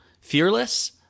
fearless